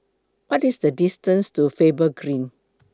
What IS The distance to Faber Green